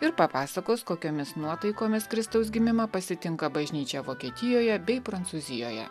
ir papasakos kokiomis nuotaikomis kristaus gimimą pasitinka bažnyčia vokietijoje bei prancūzijoje